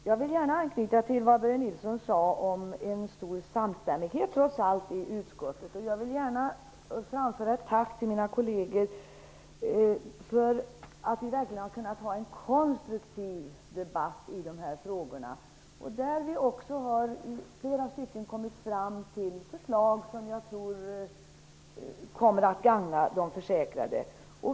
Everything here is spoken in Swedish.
Herr talman! Jag vill gärna anknyta till vad Börje Nilsson sade om en stor samstämmighet i utskottet, trots allt. Jag vill gärna framföra ett tack till mina kolleger för att vi har kunnat ha en konstruktiv debatt i dessa frågor. Vi har också i flera stycken kommit fram till förslag som jag tror kommer att gagna de försäkrade.